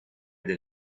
del